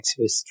Activists